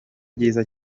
byiza